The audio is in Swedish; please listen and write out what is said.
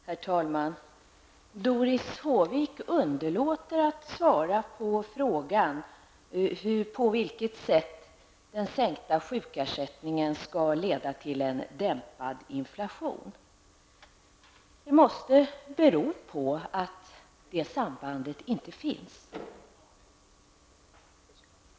Herr talman! Doris Håvik undviker att svara på frågan på vilket sätt en sänkning av sjukersättningen skall leda till en dämpning av inflationen. Det måste bero på att det sambandet inte finns.